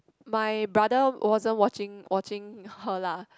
my brother wasn't watching watching her lah